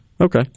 Okay